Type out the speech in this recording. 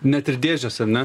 net ir dėžės ar ne